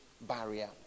barrier